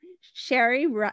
Sherry